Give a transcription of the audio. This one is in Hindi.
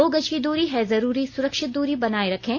दो गज की दूरी है जरूरी सुरक्षित दूरी बनाए रखें